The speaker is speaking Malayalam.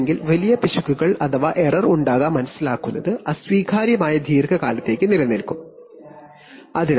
അല്ലെങ്കിൽ വലിയ പിശകുകൾ ഉണ്ടാവുകയും അസ്വീകാര്യമായ ദീർഘകാലത്തേക്ക് നിലനിൽക്കുകയും ചെയ്യും